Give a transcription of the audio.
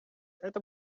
это